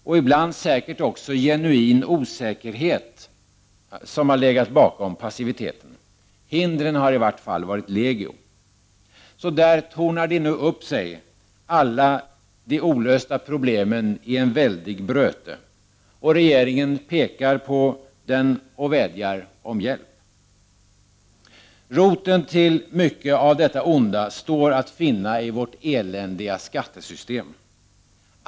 Och ibland har otvivelaktigt också genuin osäkerhet legat bakom passiviteten. Hindren har i vart fall varit legio. Så där tornar nu upp sig alla de olösta problemen i en väldig bröte. Regeringen pekar på dem och vädjar om hjälp. Roten till mycket av detta onda står att finna i vårt eländiga skattesystem.